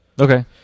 Okay